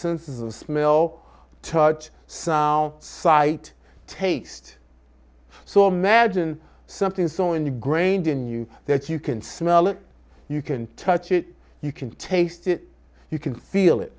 senses of smell touch sight taste so imagine something so ingrained in you that you can smell it you can touch it you can taste it you can feel it